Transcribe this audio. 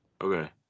okay